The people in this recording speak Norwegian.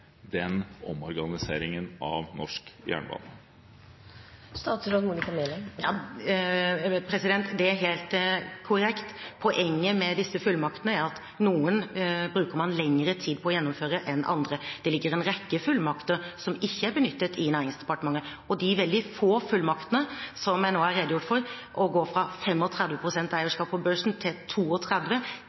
omorganiseringen av norsk jernbane. Det er helt korrekt. Poenget med disse fullmaktene er at noen bruker man lengre tid på å gjennomføre enn andre. Det ligger en rekke fullmakter i Næringsdepartementet som ikke er benyttet, og de veldig få fullmaktene som jeg nå har redegjort for – å gå fra 35 pst. eierskap på Børsen til